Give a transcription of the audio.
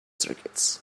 circuits